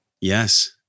Yes